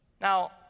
Now